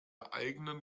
eigenen